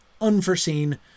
Unforeseen